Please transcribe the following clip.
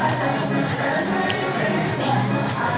i i